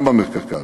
גם במרכז.